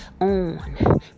on